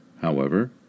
However